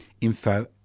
info